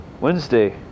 Wednesday